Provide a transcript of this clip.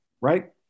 right